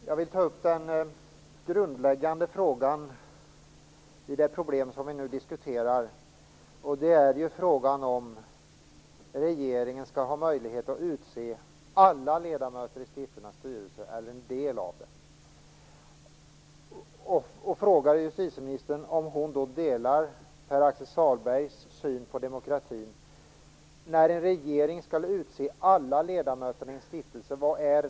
Herr talman! Jag vill ta upp den grundläggande frågan i det problem som vi nu diskuterar, nämligen frågan om regeringen skall ha möjlighet att utse alla ledamöter i stiftelsernas styrelser eller en del av dem. Axel Sahlbergs syn på demokrati. Vad är det för demokrati när regeringen utser alla ledamöter i en stiftelse?